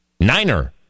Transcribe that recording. niner